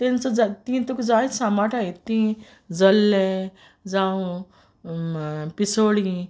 तेंच तीं तुक जायत सांबाटाय तीं जल्ले जावं पिसोळीं